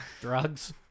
drugs